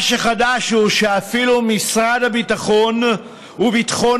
מה שחדש הוא שאפילו משרד הביטחון וביטחון